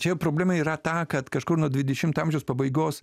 čia problema yra ta kad kažkur nuo dvidešimto amžiaus pabaigos